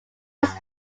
was